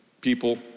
people